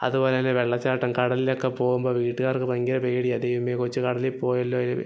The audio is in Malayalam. അതുപോലെ തന്നെ വെള്ളച്ചാട്ടം കടലിലൊക്കെ പോവുമ്പോള് വീട്ടുകാർക്ക് ഭയങ്കര പേടിയാണ് ദൈവമേ കൊച്ച് കടലില് പോയല്ലോ